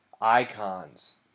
icons